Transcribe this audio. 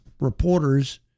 reporters